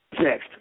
Next